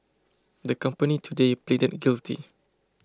the company today pleaded guilty